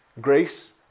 Grace